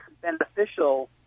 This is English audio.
beneficial